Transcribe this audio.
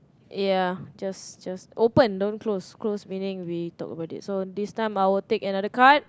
ya just just open don't close close meaning we talk about it so this time I will take another card